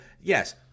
yes